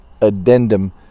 addendum